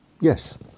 Yes